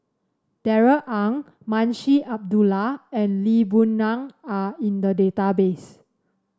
Darrell Ang Munshi Abdullah and Lee Boon Ngan are in the database